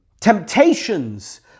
temptations